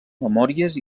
memòries